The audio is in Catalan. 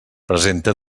presenta